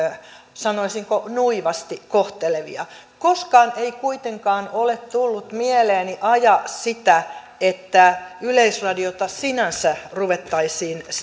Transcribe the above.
sanoisinko nuivasti kohtelevia koskaan ei kuitenkaan ole tullut mieleeni ajaa sitä että yleisradiota sinänsä ruvettaisiin